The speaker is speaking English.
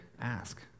ask